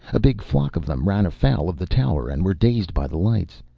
a big flock of them ran afoul of the tower and were dazed by the lights.